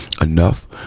enough